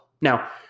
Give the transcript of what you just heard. Now